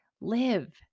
live